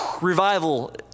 revival